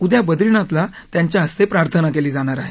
उद्या बद्रिनाथला त्यांच्या हस्ते प्रार्थना केली जाणार आहे